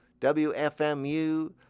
WFMU